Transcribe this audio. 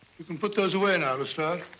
you can put those away now, lestrade.